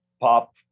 pop